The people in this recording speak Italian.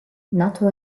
nato